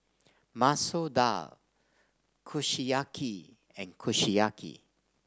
Masoor Dal Kushiyaki and Kushiyaki